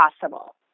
possible